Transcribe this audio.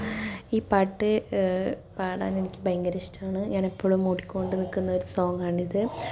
ഈ പാട്ട് പാടാനെനിക്ക് ഭയങ്കര ഇഷ്ട്ടമാണ് ഞാനെപ്പഴും മൂളിക്കൊണ്ട് നിൽക്കുന്ന ഒരു സോങ് ആണ് ഇത്